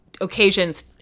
occasions